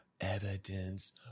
Evidence